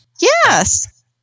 Yes